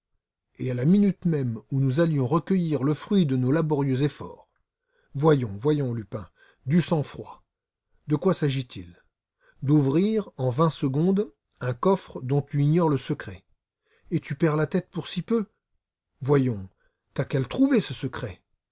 et à la minute même où nous allions recueillir le fruit de nos laborieux efforts voyons voyons lupin du sang-froid de quoi s'agit-il d'ouvrir en vingt secondes un coffre dont tu ignores le secret et tu perds la tête pour si peu voyons t'as qu'à le trouver ce secret